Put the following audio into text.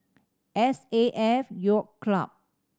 S A F Yacht Club